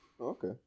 Okay